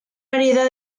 variedad